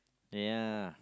ya